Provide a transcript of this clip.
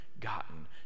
gotten